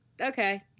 okay